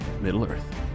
Middle-Earth